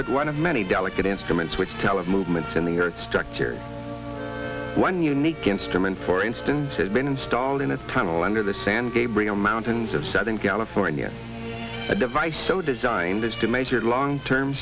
but one of many delicate instruments which tell of movements in the earth structure one unique instrument for instance has been installed in a tunnel under the san gabriel mountains of southern california a device so designed as to measure the long term